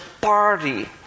party